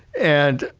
and,